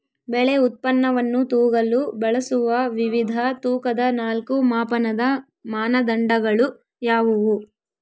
ಬೆಳೆ ಉತ್ಪನ್ನವನ್ನು ತೂಗಲು ಬಳಸುವ ವಿವಿಧ ತೂಕದ ನಾಲ್ಕು ಮಾಪನದ ಮಾನದಂಡಗಳು ಯಾವುವು?